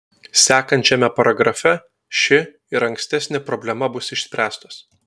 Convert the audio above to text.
sekančiame paragrafe ši ir ankstesnė problema bus išspręstos